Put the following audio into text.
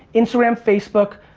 instagram, facebook,